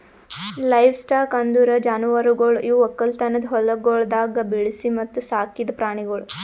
livestock ಅಂದುರ್ ಜಾನುವಾರುಗೊಳ್ ಇವು ಒಕ್ಕಲತನದ ಹೊಲಗೊಳ್ದಾಗ್ ಬೆಳಿಸಿ ಮತ್ತ ಸಾಕಿದ್ ಪ್ರಾಣಿಗೊಳ್